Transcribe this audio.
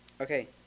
okay